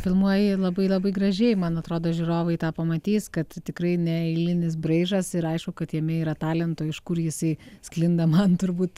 filmuoji labai labai gražiai man atrodo žiūrovai tą pamatys kad tikrai neeilinis braižas ir aišku kad jame yra talento iš kur jisai sklinda man turbūt